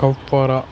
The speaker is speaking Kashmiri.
کۅپوارا